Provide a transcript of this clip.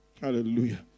Hallelujah